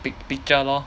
pic~ picture lor